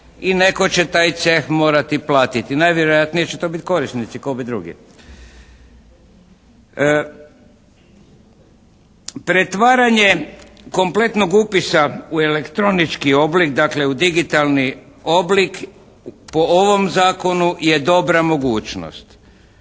i netko će taj ceh morati platiti. Najvjerojatnije će to biti korisnici, tko bi drugi? Pretvaranje kompletnog upisa u elektronički oblik dakle, u digitalni oblik po ovom zakonu je dobra mogućnost.